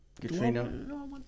Katrina